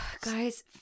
guys